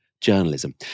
journalism